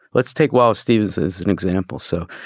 let's take while stephens's an example. so,